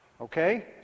Okay